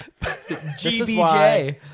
GBJ